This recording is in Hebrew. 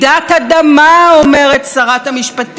"לא רק משפטית אלא גם פוליטית.